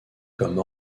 comme